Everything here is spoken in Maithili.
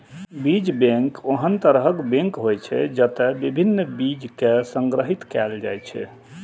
बीज बैंक ओहन तरहक बैंक होइ छै, जतय विभिन्न बीज कें संग्रहीत कैल जाइ छै